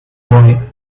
boy